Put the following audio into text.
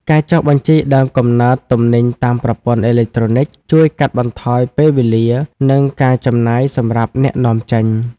ការចុះបញ្ជីដើមកំណើតទំនិញតាមប្រព័ន្ធអេឡិចត្រូនិក ជួយកាត់បន្ថយពេលវេលា និងការចំណាយសម្រាប់អ្នកនាំចេញ។